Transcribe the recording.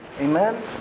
Amen